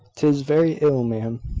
tis very ill, ma'am.